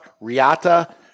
Riata